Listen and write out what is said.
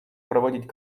проводить